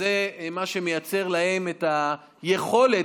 וזה מה שמייצר להם את היכולת,